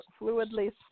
fluidly